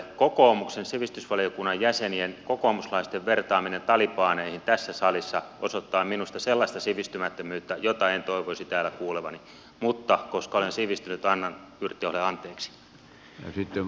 kokoomuksen sivistysvaliokunnan jäsenien ja kokoomuslaisten vertaaminen talibaneihin tässä salissa osoittaa minusta sellaista sivistymättömyyttä jota en toivoisi täällä kuulevani mutta koska olen sivistynyt annan yrttiaholle anteeksi